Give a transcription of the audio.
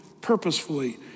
purposefully